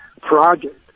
project